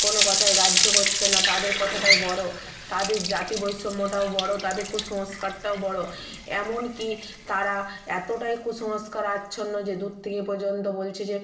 কোনো কথাই গ্রাহ্য করছে না তাদের কথাটাই বড়ো তাদের জাতি বৈষম্যটাও বড়ো তাদের কুসংস্কারটাও বড়ো এমনকি তারা এতটাই কুসংস্কারে আচ্ছন্ন যে দূর থেকে পর্যন্ত বলছে যে